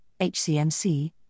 HCMC